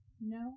No